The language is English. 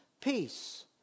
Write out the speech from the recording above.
peace